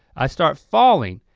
i start falling,